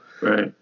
right